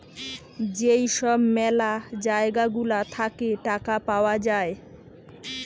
যেই সব ম্যালা জায়গা গুলা থাকে টাকা পাওয়া যায়